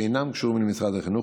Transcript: שאינם קשורים למשרד החינוך,